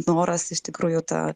noras iš tikrųjų tą